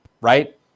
right